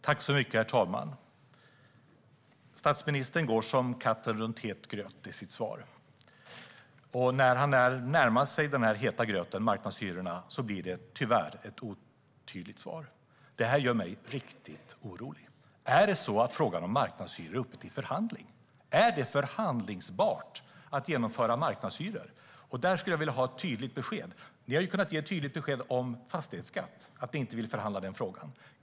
Herr talman! Statsministern går som katten runt het gröt i sitt svar. När han närmar sig den heta gröten marknadshyrorna blir det tyvärr ett otydligt svar. Det gör mig riktigt orolig. Är det så att frågan om marknadshyror är uppe till förhandling? Är det förhandlingsbart att genomföra marknadshyror? Där skulle jag vilja ha ett tydligt besked. Ni har kunnat ge tydligt besked om fastighetsskatt, att ni inte vill förhandla den frågan.